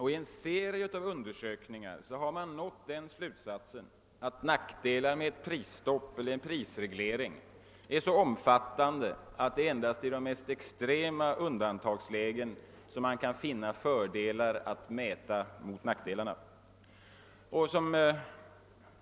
I en serie undersökningar har man nått den slutsatsen att nackdelarna med ett prisstopp eller en prisreglering är så omfattande att det endast är i de mest extrema undantagslägen som man kan finna fördelar att mäta mot nackdelarna.